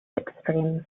extreme